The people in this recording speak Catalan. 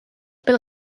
pel